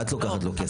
את לוקחת לו כסף,